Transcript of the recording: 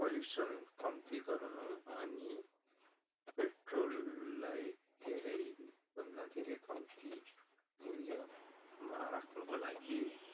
pollution कम्ती गराउनु अनि पेट्रोललाई धेरैभन्दा धेरै कम्ती मूल्यमा राख्नुको लागि